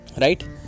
right